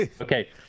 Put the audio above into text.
Okay